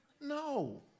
No